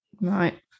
Right